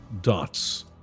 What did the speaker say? dots